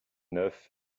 neuf